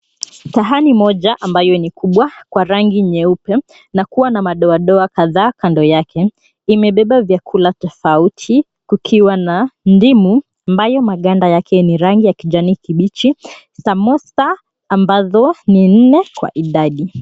Sahani moja ambayo ni kubwa kwa rangi nyeupe na kuwa na madoadoa kadhaa kando yake imebeba vyakula tofauti kukiwa na ndimu ambayo maganda yake ni rangi ya kijani kibichi, samosa ambazo ni nne kwa idadi.